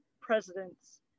president's